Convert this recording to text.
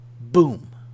Boom